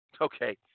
okay